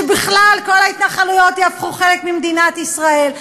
שבכלל כל ההתנחלויות יהפכו חלק ממדינת ישראל,